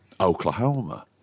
Oklahoma